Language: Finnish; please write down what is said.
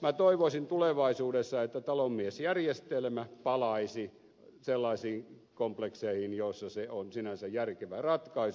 minä toivoisin tulevaisuudessa että talonmiesjärjestelmä palaisi sellaisiin komplekseihin joissa se on sinänsä järkevä ratkaisu